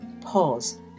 pause